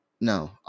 No